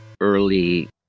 early